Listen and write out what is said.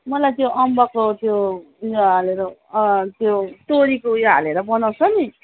मलाई त्यो अम्बकको त्यो उयो हालेर त्यो तोरीको उयो हालेर बनाउँछ नि